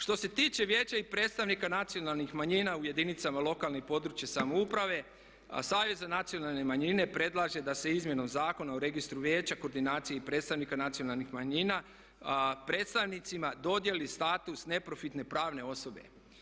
Što se tiče vijeća i predstavnika nacionalnih manjina u jedinicama lokalne i područne samouprave Savjet za nacionalne manjine predlaže da se izmjenom Zakona o registru vijeća, koordinaciji i predstavnika nacionalnih manjina predstavnicima dodjeli status neprofitne pravne osobe.